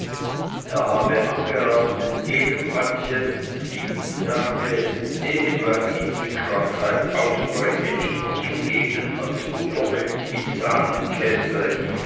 er habe angeraten jedem patienten sieben tage ehe bei ihm die krankheit ausbreche nichts zu geben als buttermilch mit